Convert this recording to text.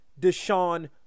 Deshaun